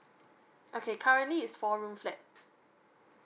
okay currently it's four room flat